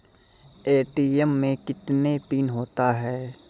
ATM मे कितने PIN होता हैं?